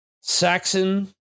Saxon